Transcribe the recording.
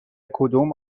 کدوم